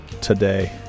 today